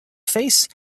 face